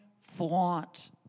flaunt